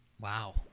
Wow